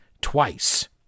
twice